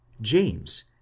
James